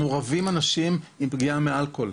מורעבים אנשים מפגיעה באלכוהול.